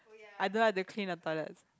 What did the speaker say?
I don't have to clean the toilets